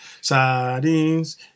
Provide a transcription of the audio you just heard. sardines